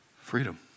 freedom